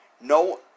No